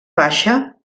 baixa